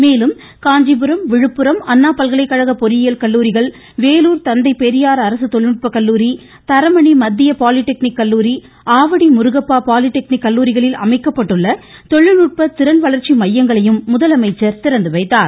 மேலும் காஞ்சிபுரம் விழுப்புரம் அண்ணா பல்கலைகழக பொறியியல் கல்லூரிகள் வேலூர் தந்தை பெரியார் அரசு தொழில்நுட்ப கல்லூரி தரமணி மத்திய பாலிடெக்னிக் கல்லூரி ஆவடி முருகப்பா பாலிடெக்னிக் கல்லூரிகளில் அமைக்கப்பட்டுள்ள தொழில்நுட்ப திறன் வளர்ச்சி மையங்களையும் முதலமைச்சர் திறந்து வைத்தார்